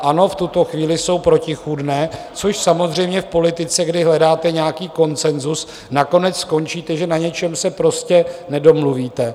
Ano, v tuto chvíli jsou protichůdné, což samozřejmě v politice, kdy hledáte nějaký konsenzus, nakonec skončíte tak, že na něčem se prostě nedomluvíte.